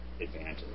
advantage